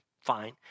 Fine